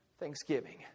Thanksgiving